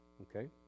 Okay